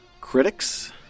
Critics